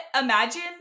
imagine